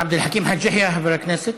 עבד אל חכים חאג' יחיא, חבר הכנסת.